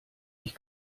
ich